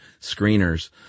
screeners